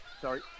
Sorry